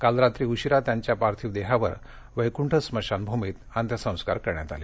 काल रात्री उशिरा त्यांच्या पार्थिव देहावर वैक्ठ स्मशानभूमीत अंत्यसंस्कार करण्यात आले